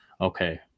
okay